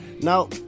Now